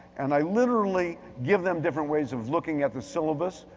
and i literally give them different ways of looking at the syllabus.